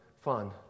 fun